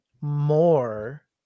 more